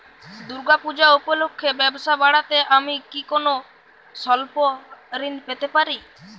দূর্গা পূজা উপলক্ষে ব্যবসা বাড়াতে আমি কি কোনো স্বল্প ঋণ পেতে পারি?